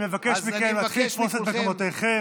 אני מבקש מכם להתחיל לתפוס את מקומותיכם.